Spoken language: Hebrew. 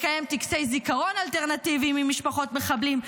שמקיים טקסי זיכרון אלטרנטיביים עם משפחות מחבלים,